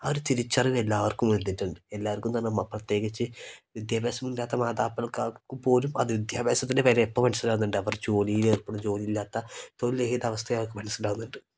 ആ ഒരു തിരിച്ചറിവ് എല്ലാവർക്കും വന്നിട്ടുണ്ട് എല്ലാവർക്കും തന്നെ നമ്മൾ പ്രത്യേകിച്ച് വിദ്യാഭ്യാസം ഇല്ലാത്ത മാതാക്കൾക്കാർക്ക് പോലും അത് വിദ്യാഭ്യാസത്തിൻ്റെ വില എപ്പം മനസ്സിലാവുന്നുണ്ട് അവർ ജോലിയിൽ ഏർപ്പെടു ജോലിയില്ലാത്ത തൊഴിൽരഹിത അവസ്ഥ അവർക്ക് മനസ്സിലാവുന്നുണ്ട്